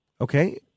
Okay